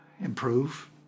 improve